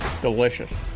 Delicious